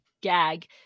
gag